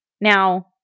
Now